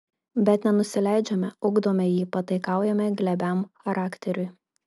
bet nenusileidžiame ugdome jį pataikaujame glebiam charakteriui